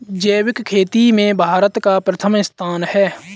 जैविक खेती में भारत का प्रथम स्थान है